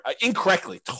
incorrectly